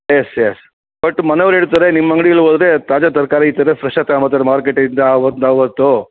S yes but ಮನೆಯವ್ರು ಹೇಳ್ತರೆ ನಿಮ್ಮ ಅಂಗ್ಡೀಲಿ ಹೋದ್ರೆ ತಾಜಾ ತರಕಾರಿ ಇರ್ತದೆ ಫ್ರೆಶಾಗಿ ತಗಂಬತಾರೆ ಮಾರುಕಟ್ಟೆಯಿಂದ ಆವತ್ದು ಆವತ್ತು